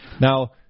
Now